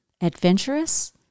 adventurous